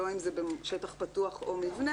לא אם זה בשטח פתוח או מבנה,